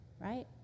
right